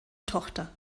tochter